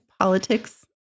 politics